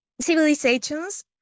Civilizations